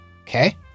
Okay